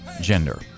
gender